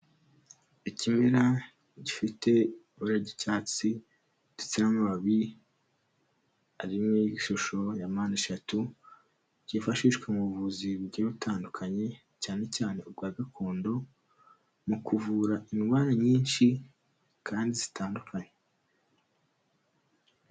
Ikimera gifite ibara ry'icyatsi ndetse n'amababi ari mu ishusho ya mpande eshatu, cyifashishwa mu buvuzi bugiye butandukanye cyane cyane ubwa gakondo, mu kuvura indwara nyinshi kandi zitandukanye.